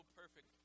perfect